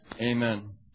Amen